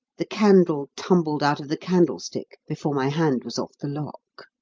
the candle tumbled out of the candlestick before my hand was off the lock.